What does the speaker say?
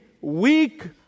weak